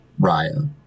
Raya